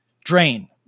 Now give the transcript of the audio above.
Drain